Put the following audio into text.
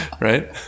Right